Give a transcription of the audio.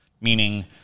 meaning